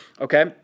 okay